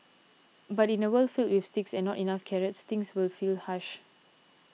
but in a world filled with sticks and not enough carrots things would feel harsh